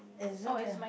isn't that